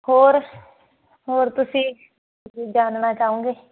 ਹੋਰ ਹੋਰ ਤੁਸੀਂ ਜਾਣਨਾ ਚਾਹੋਗੇ